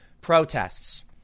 protests